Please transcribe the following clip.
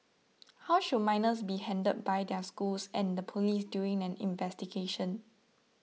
how should minors be handled by their schools and the police during an investigation